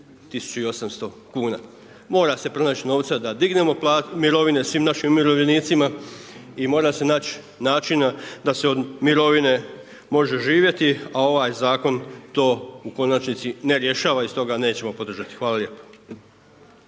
800 kuna. Mora se pronaći novca da dignemo mirovine svim našim umirovljenicima i mora se naći načina da se od mirovine može živjeti, a ovaj zakon to u konačnici ne rješava i stoga nećemo podržati. Hvala lijepa.